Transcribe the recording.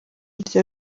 rya